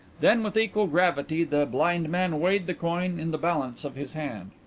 then with equal gravity the blind man weighed the coin in the balance of his hand.